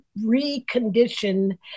recondition